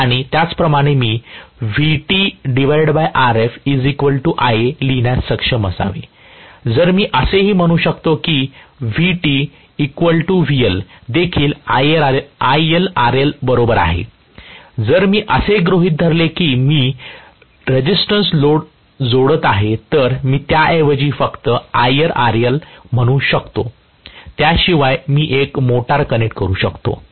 आणि त्याचप्रमाणे मी VtRf If लिहीण्यास सक्षम असावे आणि जर मी असेही म्हणू शकतो की VtVL देखील ILRL बरोबर आहे जर मी असे गृहीत धरत आहे की मी रेझिस्टन्स लोड जोडत आहे तर मी त्याऐवजी फक्त ILRL म्हणू शकतो त्या शिवाय मी एक मोटर कनेक्ट करू शकतो